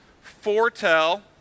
foretell